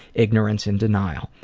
ignorance and denial,